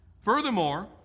Furthermore